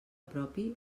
propi